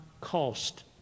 cost